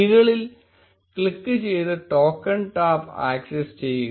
കീകളിൽ click ചെയ്ത് token tab access ചെയ്യുക